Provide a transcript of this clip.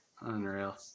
unreal